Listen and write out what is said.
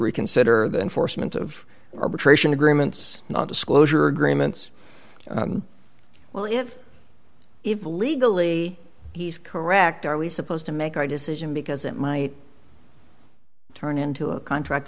reconsider the enforcement of arbitration agreements non disclosure agreements well if evil legally he's correct are we supposed to make our decision because it might turn into a contract